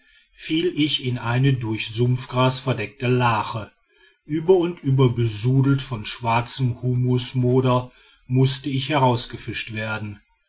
fiel ich in eine durch sumpfgras verdeckte lache über und über besudelt von schwarzem humusmoder mußte ich herausgefischt werden